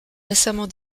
récemment